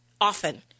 often